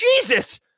Jesus